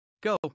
Go